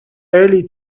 early